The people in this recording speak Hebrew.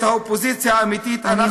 את האופוזיציה האמיתית אנחנו נבנה ביחד ברחוב,